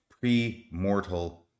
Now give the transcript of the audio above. pre-mortal